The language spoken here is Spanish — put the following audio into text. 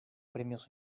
premios